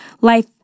Life